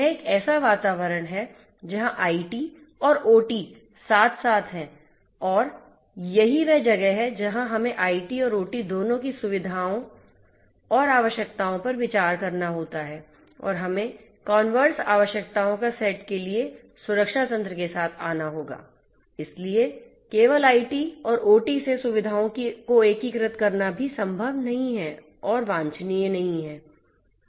यह एक ऐसा वातावरण है जहाँ आईटी और ओटी साथ साथ हैं और यही वह जगह है जहाँ हमें आईटी और ओटी दोनों की सुविधाओं और आवश्यकताओं पर विचार करना होता है और हमें कॉनवर्स आवश्यकताओं का सेट के लिए सुरक्षा तंत्र के साथ आना होगा इसलिए केवल आईटी और ओटी से सुविधाओं को एकीकृत करना भी संभव नहीं है और वांछनीय नहीं है